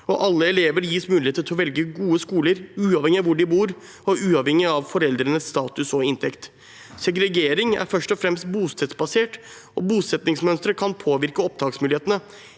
og alle elever gis muligheter til å velge gode skoler uavhengig av hvor de bor, og uavhengig av foreldrenes status og inntekt. Segregering er først og fremst bostedsbasert, og bosettingsmønstre kan påvirke opptaksmulighetene.